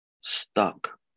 stuck